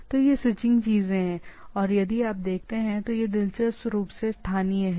तो ये स्विचिंग चीजें हैं और यदि आप देखते हैं तो यह दिलचस्प रूप से स्थानीय है